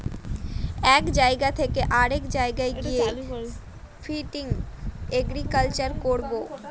এক জায়গা থকে অরেক জায়গায় গিয়ে শিফটিং এগ্রিকালচার করবো